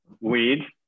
Weed